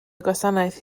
gwasanaeth